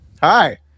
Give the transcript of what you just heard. Hi